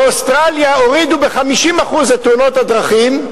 באוסטרליה הורידו ב-50% את תאונות הדרכים,